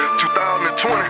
2020